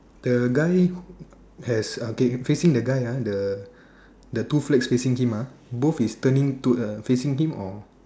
the guy has okay facing the guy ah the the two flags facing him ah both is turning to uh facing him or